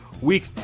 Week